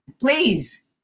please